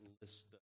list